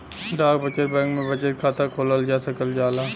डाक बचत बैंक में बचत खाता खोलल जा सकल जाला